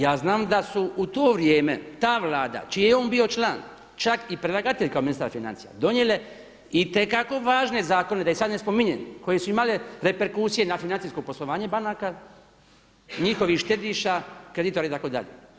Ja znam da su u to vrijeme ta Vlada čiji je on bio član čak i predlagatelj kao ministar financija donijele itekako važne zakone da ih sad ne spominjem koje su imale reperkusije na financijsko poslovanje banaka, njihovih štediša, kreditori itd.